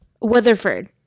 Weatherford